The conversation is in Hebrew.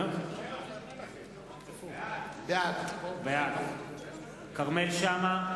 בעד כרמל שאמה,